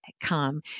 come